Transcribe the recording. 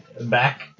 back